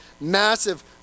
massive